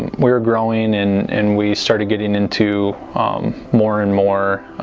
we're growing and and we started getting into more and more